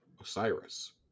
Osiris